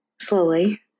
Slowly